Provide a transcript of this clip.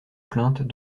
plaintes